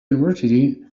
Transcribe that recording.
university